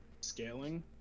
scaling